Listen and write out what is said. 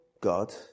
God